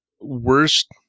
worst